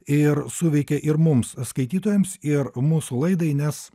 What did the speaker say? ir suveikia ir mums skaitytojams ir mūsų laidai nes